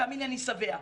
תאמין לי, אני שבע.